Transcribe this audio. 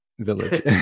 Village